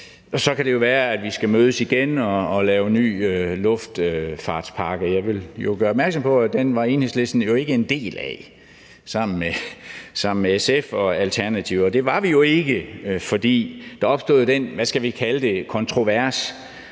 Og så kan det jo være, at vi skal mødes igen og lave en ny luftfartspakke. Jeg vil gøre opmærksom på, at den var Enhedslisten sammen med SF og Alternativet jo ikke en del af, og det var vi ikke, fordi der opstod den – hvad skal vi kalde det – kontrovers,